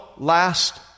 last